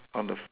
on the f~